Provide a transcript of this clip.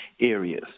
areas